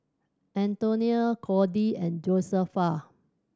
Antonia Kody and Josefa